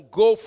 go